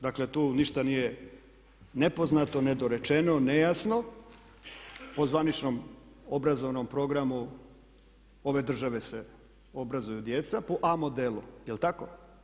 Dakle tu ništa nije nepoznato, nedorečeno, nejasno, po službenom obrazovnom programu ove države se obrazuju djeca po A modelu, jel tako?